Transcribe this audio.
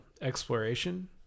exploration